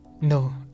no